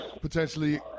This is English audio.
potentially